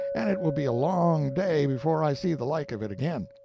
and it will be a long day before i see the like of it again.